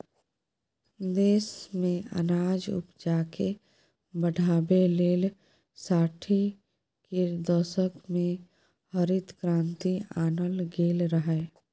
देश मे अनाज उपजाकेँ बढ़ाबै लेल साठि केर दशक मे हरित क्रांति आनल गेल रहय